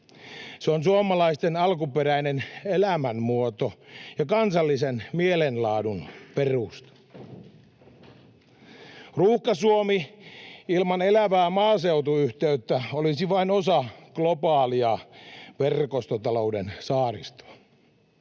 Se on suomalaisten alkuperäinen elämänmuoto ja kansallisen mielenlaadun perusta. Ruuhka-Suomi ilman elävää maaseutuyhteyttä olisi vain osa globaalia verkostotalouden saaristoa.